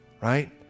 right